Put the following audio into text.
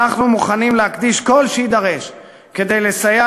אנחנו מוכנים להקדיש כל שיידרש כדי לסייע